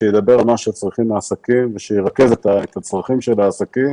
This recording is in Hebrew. שיאמר מה העסקים צריכים ושירכז את הצרכים של העסקים.